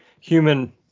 human